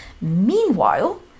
Meanwhile